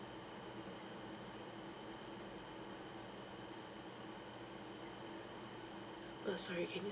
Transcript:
err sorry can you